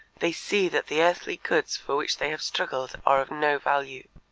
they see that the earthly goods for which they have struggled are of no value.